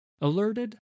Alerted